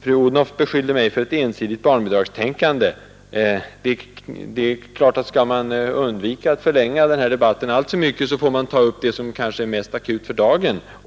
Fru Odhnoff beskyllde mig för ett ensidigt barnbidragstänkande. Skall man undvika att förlänga den här debatten alltför mycket, så får man ta upp det som är mest akut för dagen.